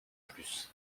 plus